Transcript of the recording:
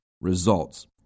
results